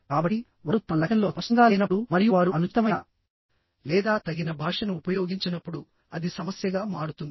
కాబట్టివారు తమ లక్ష్యంలో స్పష్టంగా లేనప్పుడు మరియు వారు అనుచితమైన లేదా తగిన భాషను ఉపయోగించనప్పుడుఅది సమస్యగా మారుతుంది